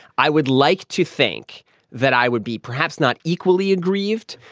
i would like to think that i would be perhaps not equally aggrieved.